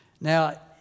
Now